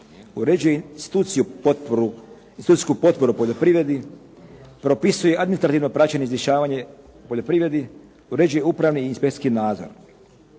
uređuje institucijsku potporu poljoprivredi, propisuje administrativno praćenje i izvršavanje poljoprivredi, uređuje upravni i inspekcijski nadzor.